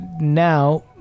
Now